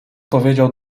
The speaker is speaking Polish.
powiedział